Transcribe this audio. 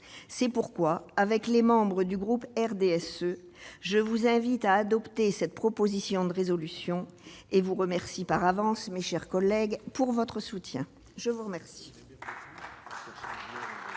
C'est pourquoi, au nom des membres du groupe RDSE, je vous invite à adopter cette proposition de résolution et vous remercie par avance, mes chers collègues, pour votre soutien. La parole